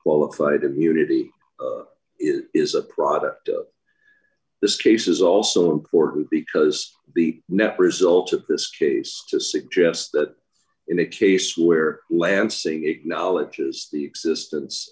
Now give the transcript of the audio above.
qualified immunity d is a product of this case is also important because the net result of this case to suggest that in a case where lansing acknowledges the existence